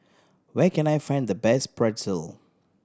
where can I find the best Pretzel